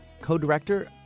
co-director